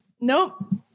Nope